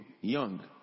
young